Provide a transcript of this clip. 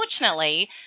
unfortunately